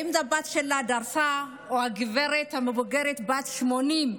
האם הבת שלה דרסה, או הגברת המבוגרת בת ה-80,